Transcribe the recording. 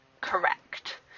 correct